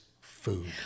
food